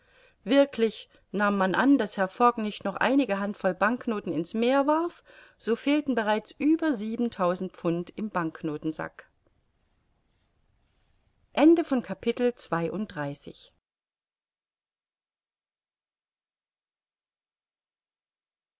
wirklich nahm man an daß herr fogg nicht noch einige handvoll banknoten in's meer warf so fehlten bereits über siebentausend pfund im banknotensack